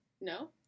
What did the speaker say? No